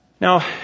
Now